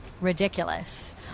ridiculous